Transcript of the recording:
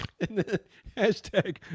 Hashtag